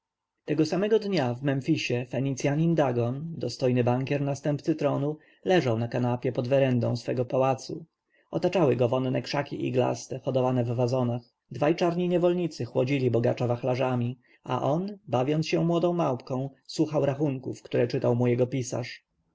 tego samego dnia w memfisie fenicjanin dagon dostojny bankier następcy tronu leżał na kanapie pod werendą swego pałacu otaczały go wonne krzaki iglaste hodowane w wazonach dwaj czarni niewolnicy chłodzili bogacza wachlarzami a on bawiąc się młodą małpką słuchał rachunków które czytał mu jego pisarz